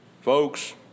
Folks